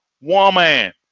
woman